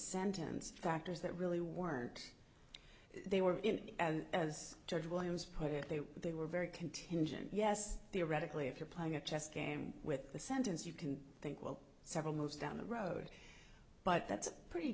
sentence factors that really weren't they were in and as george williams put it they were they were very contingent yes theoretically if you're playing a chess game with the sentence you can think well several moves down the road but that's pretty